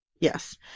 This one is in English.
yes